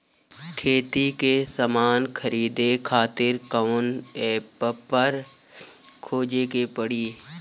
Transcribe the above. खेती के समान खरीदे खातिर कवना ऐपपर खोजे के पड़ी?